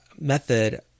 method